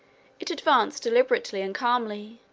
it advanced deliberately and calmly,